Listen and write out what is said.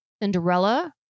Cinderella